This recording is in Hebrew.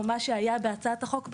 או מה שהיה בהצעת החוק בכחול,